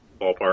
ballpark